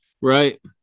right